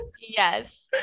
Yes